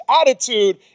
attitude